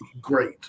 great